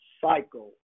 cycle